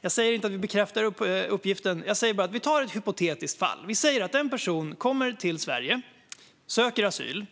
Jag säger bara att vi tar ett hypotetiskt fall. Vi säger att en person kommer till Sverige, söker asyl,